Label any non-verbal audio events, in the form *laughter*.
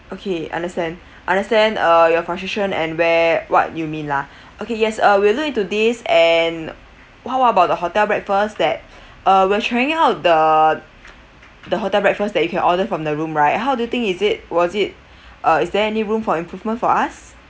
okay understand understand uh your frustration and where what you mean lah okay yes uh we will look into this and how about the hotel breakfast that uh we are trying out the the hotel breakfast that you can order from the room right how do you think is it was it *breath* uh is there any room for improvement for us